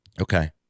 Okay